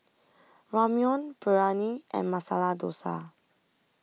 Ramyeon Biryani and Masala Dosa